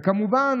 וכמובן,